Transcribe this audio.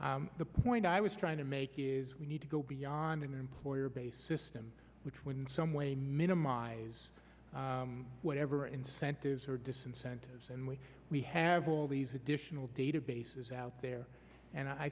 do the point i was trying to make is we need to go beyond an employer based system which when some way minimize whatever incentives or disincentives and we we have all these additional databases out there and i